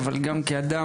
אבל גם כאדם,